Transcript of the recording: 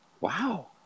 Wow